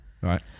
right